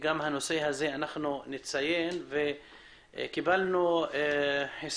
קבלנו את